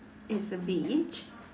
it's a beach